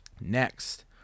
Next